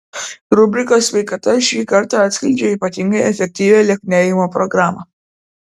rubrika sveikata šį kartą atskleidžia ypatingai efektyvią lieknėjimo programą